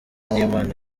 n’inama